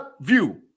view